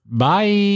Bye